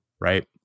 right